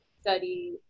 study